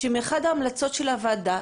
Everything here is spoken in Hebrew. שאחת ההמלצות של הוועדה,